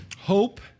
hope